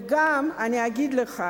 ואני גם אגיד לך